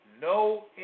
no